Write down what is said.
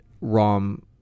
ROM